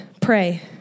pray